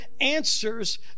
answers